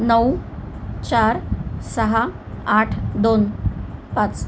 नऊ चार सहा आठ दोन पाच